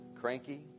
cranky